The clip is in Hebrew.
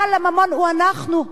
בעל הממון הוא אנחנו,